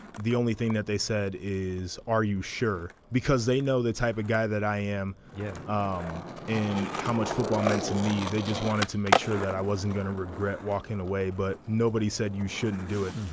the only thing that they said is are you sure. because they know the type of guy that i am. yeah. um and how much football meant to me. they just wanted to make sure that i wasn't going to regret walking away but nobody said you shouldn't do it.